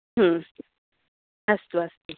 अस्तु अस्तु